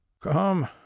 come